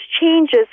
changes